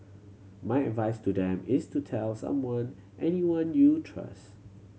my advice to them is to tell someone anyone you trust